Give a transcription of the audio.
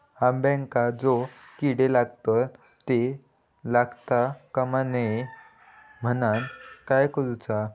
अंब्यांका जो किडे लागतत ते लागता कमा नये म्हनाण काय करूचा?